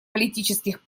политических